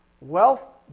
wealth